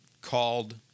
called